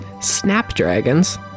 Snapdragons